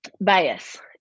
bias